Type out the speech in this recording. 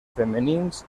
femenins